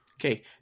Okay